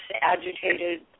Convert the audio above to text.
agitated